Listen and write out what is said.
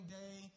day